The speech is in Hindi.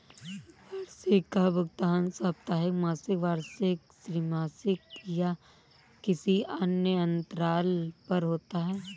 वार्षिकी का भुगतान साप्ताहिक, मासिक, वार्षिक, त्रिमासिक या किसी अन्य अंतराल पर होता है